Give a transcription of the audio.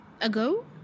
ago